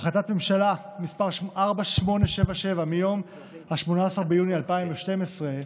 החלטת ממשלה מס' 4877 מיום 18 ביוני 2012,